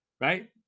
right